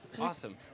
Awesome